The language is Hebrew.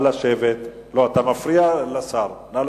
לפי